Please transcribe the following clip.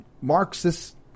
Marxist